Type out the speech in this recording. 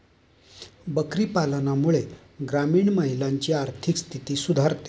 बकरी पालनामुळे ग्रामीण महिलांची आर्थिक स्थिती सुधारते